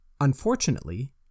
Unfortunately